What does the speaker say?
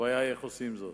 הבעיה היא איך עושים זאת.